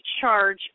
charge